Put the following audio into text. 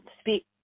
speak